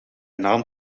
naam